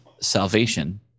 salvation